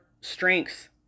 strengths